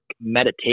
meditation